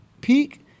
peak